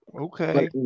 Okay